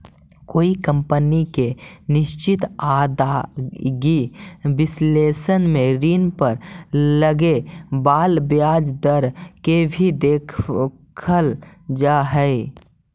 कोई कंपनी के निश्चित आदाएगी विश्लेषण में ऋण पर लगे वाला ब्याज दर के भी देखल जा हई